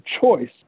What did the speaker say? choice